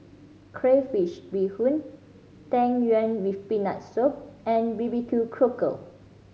crayfish beehoon Tang Yuen with Peanut Soup and B B Q Cockle